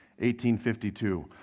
1852